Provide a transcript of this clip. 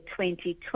2020